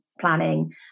planning